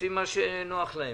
עושים מה שנוח להם.